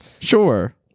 Sure